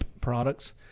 products